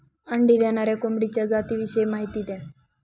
अंडी देणाऱ्या कोंबडीच्या जातिविषयी माहिती द्या